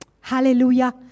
Hallelujah